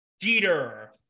Jeter